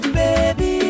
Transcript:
baby